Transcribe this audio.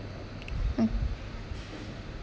oh